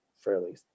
fairly